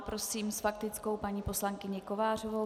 Prosím s faktickou paní poslankyni Kovářovou.